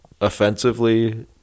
offensively